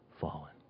fallen